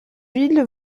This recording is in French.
ville